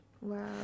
wow